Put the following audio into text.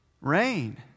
Rain